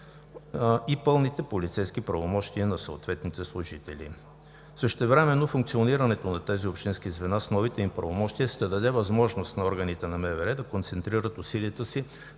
и пълните полицейски правомощия на съответните служители. Същевременно функционирането на тези общински звена с новите им правомощия ще даде възможност на органите на Министерството на